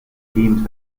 team